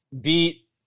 beat